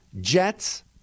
Jets